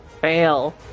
Fail